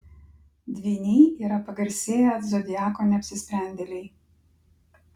dvyniai yra pagarsėję zodiako neapsisprendėliai